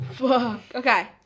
Okay